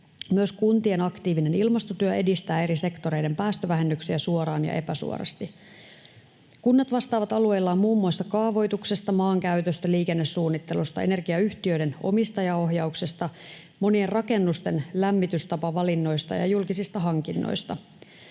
Myös kuntien aktiivinen ilmastotyö edistää eri sektoreiden päästövähennyksiä suoraan ja epäsuorasti. Kunnat vastaavat alueellaan muun muassa kaavoituksesta, maankäytöstä, liikennesuunnittelusta, energiayhtiöiden omistajaohjauksesta, monien rakennusten lämmitystapavalinnoista ja julkisista hankinnoista.